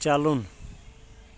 چلُن